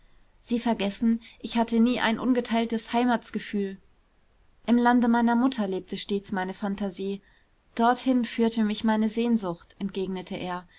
sie vergessen ich hatte nie ein ungeteiltes heimatsgefühl im lande meiner mutter lebte stets meine phantasie dorthin führte mich meine sehnsucht entgegnete er